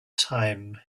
time